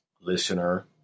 listener